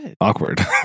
awkward